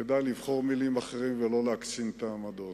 כדאי לבחור מלים אחרות ולא להקצין את העמדות.